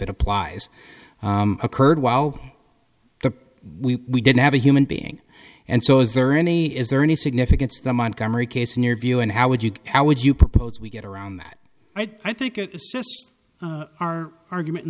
it applies occurred while the we we didn't have a human being and so is there any is there any significance that montgomery case in your view and how would you how would you propose we get around that i think it is our argument in